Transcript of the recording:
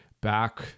back